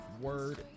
word